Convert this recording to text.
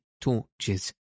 torches